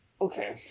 okay